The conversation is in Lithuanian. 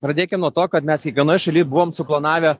pradėkim nuo to kad mes kiekvienoj šalyje buvome suplanavę